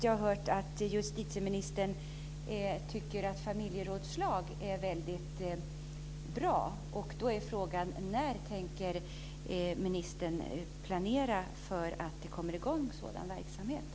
Jag har hört att justitieministern tycker att familjerådslag är väldigt bra. Då är frågan: När tänker ministern planera för att sådan verksamhet ska komma i gång?